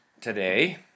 today